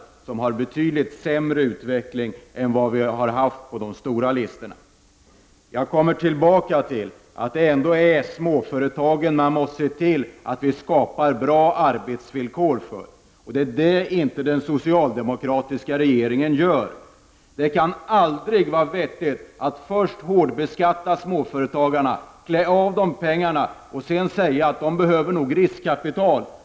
Där är utvecklingen betydligt sämre än den är på de stora listorna. Vi måste, som jag sade tidigare, skapa bra arbetsvillkor för de små företagen. Det har inte den socialdemokratiska regeringen gjort. Det kan aldrig vara vettigt att först hårdbeskatta småföretagarna och ta ifrån dem pengarna för att sedan säga att de behöver riskkapital.